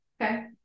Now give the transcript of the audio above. Okay